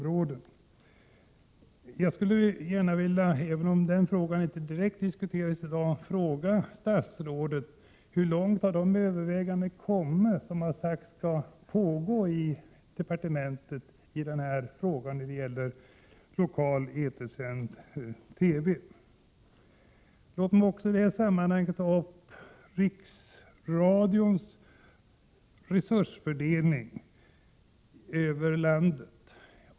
Jag skulle gärna vilja, även om den frågan inte direkt diskuterats i dag, fråga statsrådet: Hur långt har de överläggningar kommit som har sagts pågå i departementet i frågan om lokal etersänd TV? Låt mig också i detta sammanhang ta upp riksradions resursfördelning över landet.